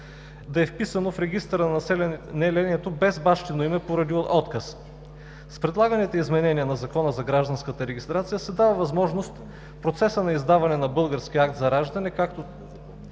да е вписано в регистъра на населението без бащино име поради отказ. С предлаганите изменения на Закона за гражданската регистрация се дава възможност в процеса на издаване на българския акт за раждане, както